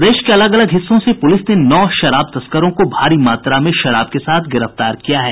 प्रदेश के अलग अलग हिस्सों से पुलिस ने नौ शराब तस्करों को भारी मात्रा में शराब के साथ गिरफ्तार किया है